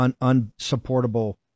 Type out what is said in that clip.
unsupportable